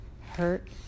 hurt